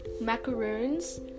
Macaroons